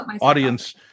audience